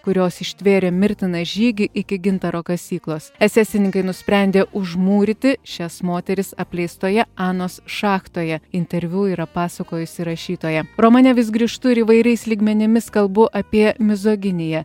kurios ištvėrė mirtiną žygį iki gintaro kasyklos esesininkai nusprendė užmūryti šias moteris apleistoje anos šachtoje interviu yra pasakojusi rašytoja romane vis grįžtu ir įvairiais lygmenimis kalbu apie mizoginiją